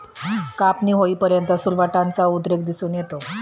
कापणी होईपर्यंत सुरवंटाचा उद्रेक दिसून येतो